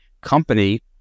company